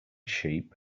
sheep